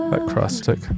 acrostic